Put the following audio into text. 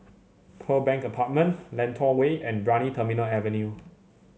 Pearl Bank Apartment Lentor Way and Brani Terminal Avenue